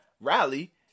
rally